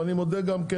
ואני מודה גם כן